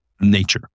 nature